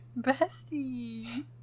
bestie